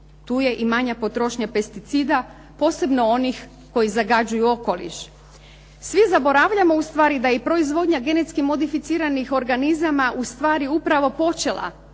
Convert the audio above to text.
Tu je i manja potrošnja pesticida, posebno onih koji zagađuju okoliš. Svi zaboravljamo ustvari da je proizvodnja genetski modificiranih organizama ustvari upravo i počela